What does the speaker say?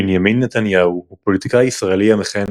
בנימין נתניהו הוא פוליטיקאי ישראלי המכהן